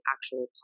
actual